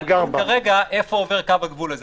הדיון כרגע איפה עובר קו הגבול הזה,